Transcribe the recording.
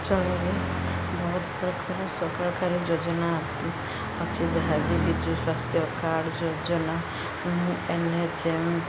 ଅଞ୍ଚଳରେ ବହୁତ ପ୍ରକାର ସଫଳକାରୀ ଯୋଜନା ଅଛି ଯାହାକି ବିଜୁ ସ୍ୱାସ୍ଥ୍ୟ କାର୍ଡ଼ ଯୋଜନା ଏନ୍ ଏଚ୍ ଏମ୍